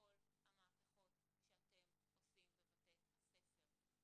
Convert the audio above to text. מכל המהפכות שאתם עושים בבתי הספר,